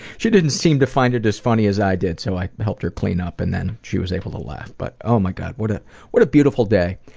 she didn't seem to find it as funny as i did, so i helped her clean up and then she was able to laugh. but oh my god, what ah what a beautiful day.